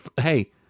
Hey